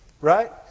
Right